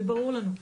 זה ברור לנו.